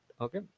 okay